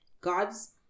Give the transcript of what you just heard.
God's